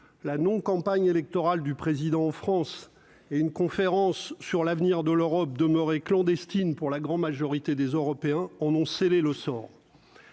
la non campagne électorale du président en France et une conférence sur l'avenir de l'Europe demeure et clandestine pour la grande majorité des Européens ont scellé le sort,